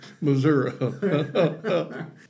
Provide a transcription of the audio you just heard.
Missouri